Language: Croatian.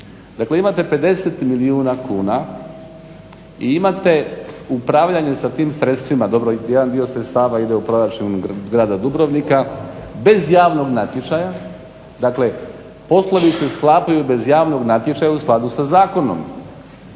Dakle, imate 50 milijuna kuna i imate upravljanje sa tim sredstvima, dobro jedan dio sredstava ide u proračun grada Dubrovnika bez javnog natječaja. Dakle, poslovi se sklapaju bez javnog natječaja u skladu sa zakonom